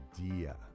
idea